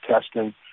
testing